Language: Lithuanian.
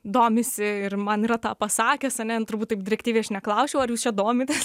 domisi ir man yra tą pasakęs ane turbūt taip direktyviai aš neklausčiau ar jūs čia domitės